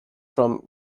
from